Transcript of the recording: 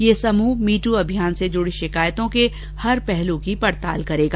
यह समूह me too अभियान से जुड़ी शिकायतों के हर पहलू की पड़ताल करेगा